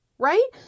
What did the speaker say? right